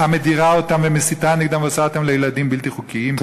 המדירה אותם ומסיתה נגדם ועושה אותם לילדים בלתי חוקיים,